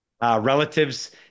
relatives